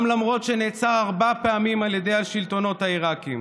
ולמרות שנעצר ארבע פעמים על ידי השלטונות העיראקיים,